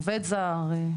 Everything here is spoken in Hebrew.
עובד זר,